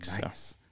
Nice